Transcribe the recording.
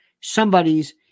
somebody's